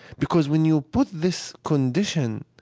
because when you put this condition,